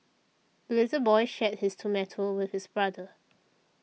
the little boy shared his tomato with his brother